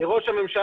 משרד ראש הממשלה,